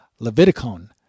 Leviticon